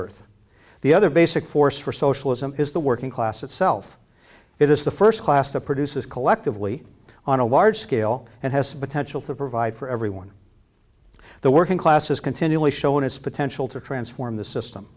earth the other basic force for socialism is the working class itself it is the first class that produces collectively on a large scale and has a potential to provide for everyone the working class is continually showing its potential to transform the system